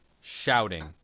shouting